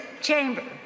chamber